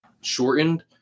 shortened